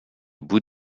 bout